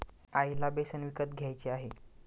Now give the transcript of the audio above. आईला बेसन विकत घ्यायचे आहे